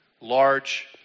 large